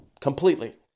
Completely